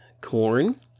Corn